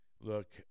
look